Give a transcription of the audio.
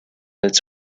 its